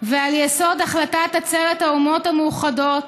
ועל יסוד החלטת עצרת האומות המאוחדות